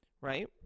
Right